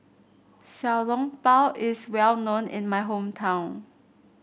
Xiao Long Bao is well known in my hometown